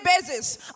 basis